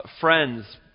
friends